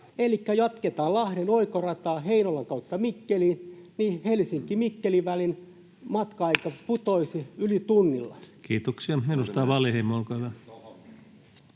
jatketaan Lahden oikorataa Heinolan kautta Mikkeliin, silloin Helsinki—Mikkeli-välin matka-aika putoaisi yli tunnilla. [Speech 508] Speaker: